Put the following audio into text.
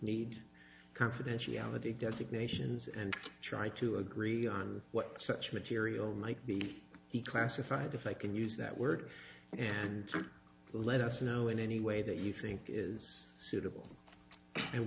need confidentiality designations and try to agree on what such material might be declassified if i can use that word and let us know in any way that you think is suitable and